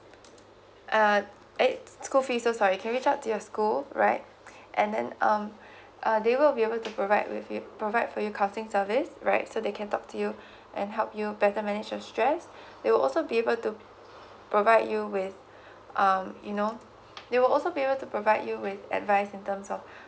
uh it school fees so sorry can reach out to your school right and then um uh they will be able to provide with you provide for you counseling service right so they can talk to you and help you better manage your stress they will also be able to provide you with um you know they will also be able to provide you with advise in terms of